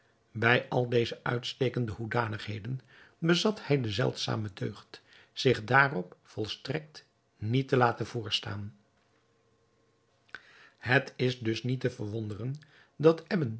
bij al deze uitstekende hoedanigheden bezat hij de zeldzame deugd zich daarop volstrekt niets te laten voorstaan het is dus niet te verwonderen dat